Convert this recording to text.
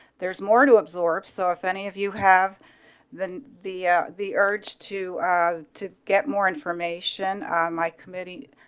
there is more to absorb so if any of you have the the, ah the urge to ah to get more information on my committee,